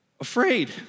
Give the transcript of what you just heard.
Afraid